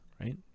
right